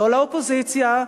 לא לאופוזיציה,